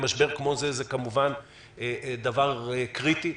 במשבר כמו זה הנגשה לציבור היא קריטית.